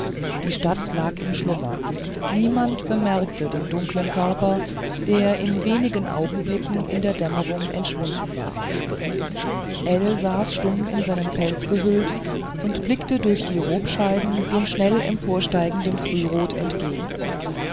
die stadt lag im schlummer niemand bemerkte den dunkeln körper der in wenigen augenblicken in der dämmerung entschwunden war ell saß stumm in seinen pelz gehüllt und blickte durch die robscheiben dem schnell emporsteigenden frührot entgegen